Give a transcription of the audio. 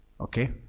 okay